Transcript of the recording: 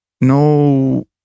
no